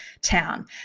town